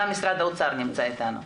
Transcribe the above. גם משרד האוצר נמצא איתנו.